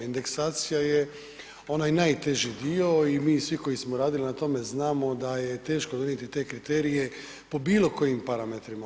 Indeksacija je onaj najteži dio i mi svi koji smo radili na tome znamo da je teško donijeti te kriterije po bilo kojim parametrima.